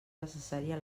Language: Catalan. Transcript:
necessària